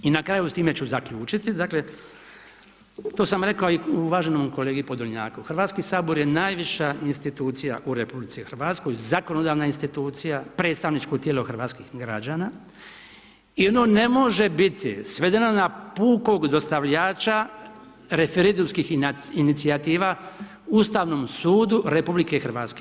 I na kraju, s time ću zaključiti dakle, to sam rekao i uvaženom kolegi Podolnjaku, Hrvatski sabor je najviša institucija u RH, zakonodavna institucija, predstavničko tijelo hrvatskih građana i ono ne može biti svedeno na pukom dostavljača referendumskih inicijativa Ustavnom sudu RH.